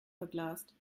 verglast